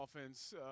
offense